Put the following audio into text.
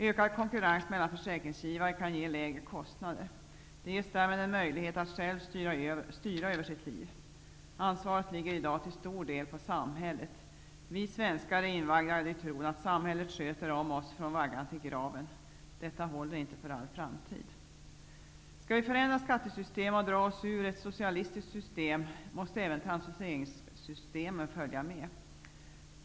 Ökad konkurrens mellan försäkringsgi vare kan ge lägre kostnader. Det ges därmed en möjlighet att själv styra över sitt liv. Ansvaret lig ger i dag till stor del på samhället. Vi svenskar är invaggade i tron att samhället sköter om oss från vaggan till graven. Detta håller inte för all fram tid. Om vi skall förändra skattesystem och dra oss ur ett socialistiskt system, måste även transfere ringssystemen följa med.